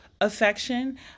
affection